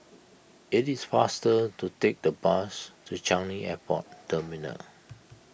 it is faster to take the bus to Changi Airport Terminal